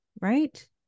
Right